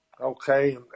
Okay